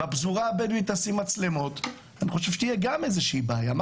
אני חושב שתהיה גם איזושהי בעיה אם תשים מצלמות בפזורה הבדואית.